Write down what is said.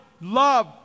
love